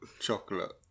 Chocolate